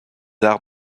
arts